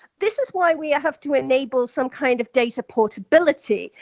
this is why we have to enable some kind of data portability,